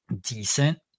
decent